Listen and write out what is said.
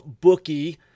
bookie